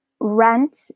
rent